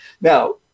Now